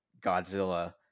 Godzilla